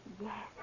Yes